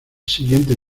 siguiente